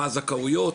מה הזכאויות,